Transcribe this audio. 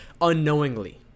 unknowingly